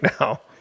now